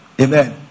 Amen